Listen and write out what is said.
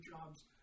Jobs